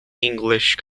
english